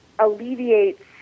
Alleviates